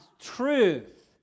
truth